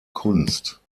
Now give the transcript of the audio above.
kunst